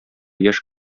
яшь